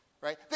right